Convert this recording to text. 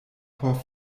por